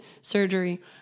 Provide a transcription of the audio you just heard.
surgery